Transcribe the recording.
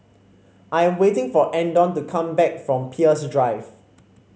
I am waiting for Andon to come back from Peirce Drive